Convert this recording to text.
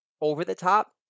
over-the-top